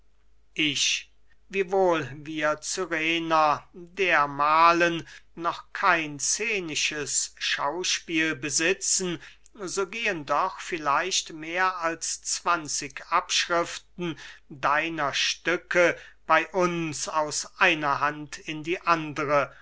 ich wiewohl wir cyrener dermahlen noch kein scenisches schauspiel besitzen so gehen doch vielleicht mehr als zwanzig abschriften deiner stücke bey uns aus einer hand in die andere